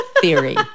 theory